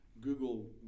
Google